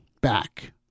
back